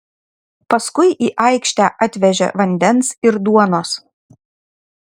paskui į aikštę atvežė vandens ir duonos